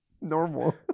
normal